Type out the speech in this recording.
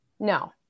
No